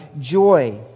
joy